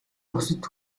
бусад